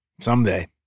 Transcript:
someday